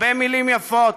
הרבה מילים יפות,